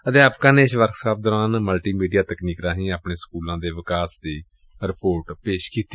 ਅਧਿਆਪਕਾਂ ਨੇ ਇਸ ਵਰਕਸ਼ਾਪ ਦੌਰਾਨ ਮਲਟੀ ਮੀਡੀਆਂ ਤਕਨੀਕ ਰਾਹੀਂ ਆਪਣੇ ਸਕੁਲਾਂ ਦੇ ਵਿਕਾਸ ਦੀ ਰਿਪੋਰਟ ਪੇਸ਼ ਕੀਤੀ